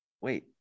wait